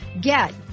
Get